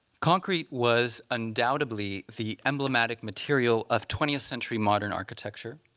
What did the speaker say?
concrete was undoubtedly the emblematic material of twentieth century modern architecture,